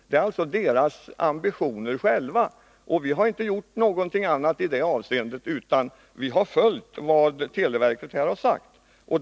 Det är alltså verkets egna ambitioner, och vi har inte gjort något annat i det avseendet, utan vi har följt vad televerket har sagt.